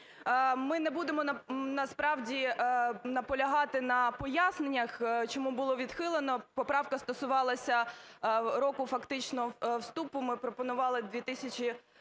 Ми не будемо насправді наполягати на поясненнях, чому було відхилено. Поправка стосувалася року фактично вступу, ми пропонували 2019-й,